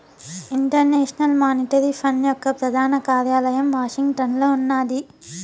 international Monetary Fund యొక్క ప్రధాన కార్యాలయం వాషింగ్టన్లో ఉన్నాది